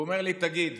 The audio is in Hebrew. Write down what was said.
הוא אמר לי: תגיד,